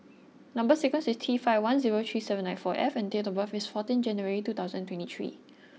number sequence is T five one zero three seven nine four F and date of birth is fourteen January two thousand and twenty three